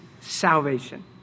salvation